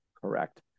Correct